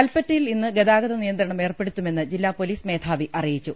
കൽപ്പറ്റയിൽ ഇന്ന് ഗതാഗത നിയന്ത്രണം ഏർപ്പെടുത്തുമെന്ന് ജില്ലാ പോലീസ് മേധാവി അറിയിച്ചു